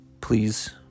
Please